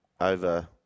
over